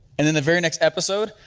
and then the very next episode,